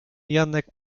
janek